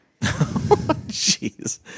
Jeez